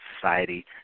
society